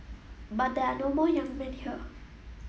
but there are no more young men here